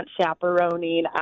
chaperoning